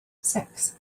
six